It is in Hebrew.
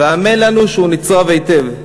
והאמן לנו שהוא נצרב היטב.